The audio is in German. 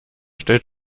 stellt